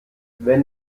wenn